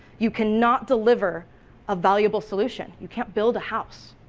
you cannot deliver a valuable solution, you can't build a house.